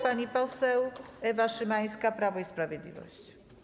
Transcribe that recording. Pani poseł Ewa Szymańska, Prawo i Sprawiedliwość.